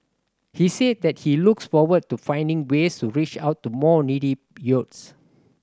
he said that he looks forward to finding ways to reach out to more needy youths